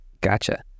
Gotcha